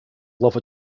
love